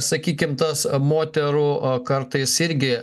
sakykim tas moterų kartais irgi